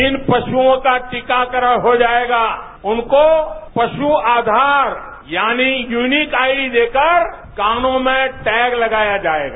जिन पशुआँ का टीकाकरण हो जायेगा उनको पशु आधार यानी यूनीक आईडी देकर कानों में टैग लगाया जायेगा